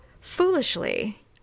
foolishly